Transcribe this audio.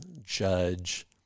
judge